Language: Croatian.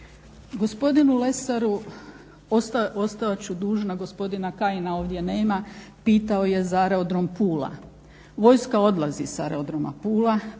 Gospodinu Lesaru ostat ću dužna, gospodina Kajina ovdje nema pitao je za areodrom Pula. Vojska odlazi s areodroma Pula,